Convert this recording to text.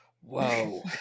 Whoa